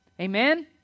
Amen